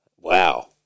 Wow